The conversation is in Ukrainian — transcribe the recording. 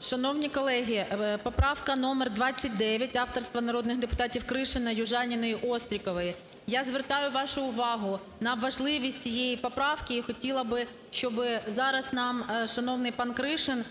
Шановні колеги, поправка номер 29 авторства народних депутатів Кришина, Южаніної, Острікової. Я звертаю вашу увагу на важливість цієї поправки і хотіла б, щоб зараз нам шановний пан Кришин